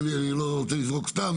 אני לא רוצה לזרוק סתם,